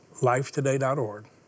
Lifetoday.org